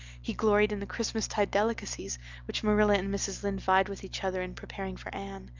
he gloried in the christmas-tide delicacies which marilla and mrs. lynde vied with each other in preparing for anne,